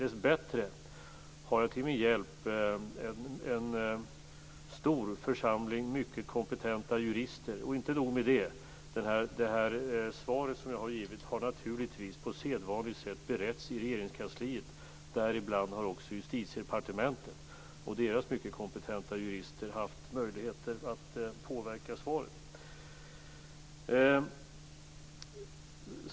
Dessbättre har jag en stor församling mycket kompetenta jurister till min hjälp. Och inte nog med det, det svar som jag har gett har naturligtvis på sedvanligt sätt beretts i Regeringskansliet. Därigenom har också Justitiedepartementet och deras mycket kompetenta jurister haft möjligheter att påverka svaret.